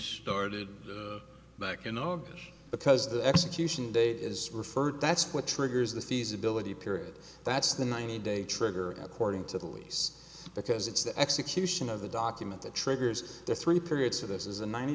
started back in august because the execution date is referred that's what triggers the feasibility period that's the ninety day trigger according to the lease because it's the execution of the document that triggers the three periods of this is a ninety